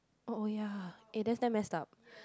oh ya eh that's damn messed up